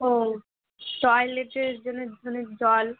ও টয়লেটের জন্যে জন্যে জল